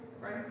right